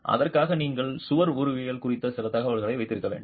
எனவே அதற்காக நீங்கள் சுவர் உருவவியல் குறித்த சில தகவல்களை வைத்திருக்க வேண்டும்